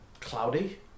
cloudy